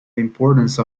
importance